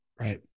right